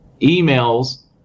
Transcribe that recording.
emails